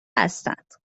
هستند